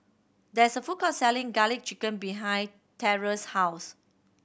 there is a food court selling Garlic Chicken behind Terrance's house